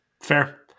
Fair